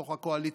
בתוך הקואליציה.